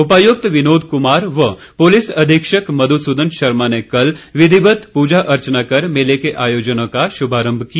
उपायुक्त विनोद कुमार व पुलिस अधीक्षक मधुसुदन शर्मा ने कल विधिवत पूजा अर्चना कर मेले के आयोजनों का शुभारंभ किया